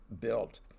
built